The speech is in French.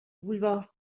boulevard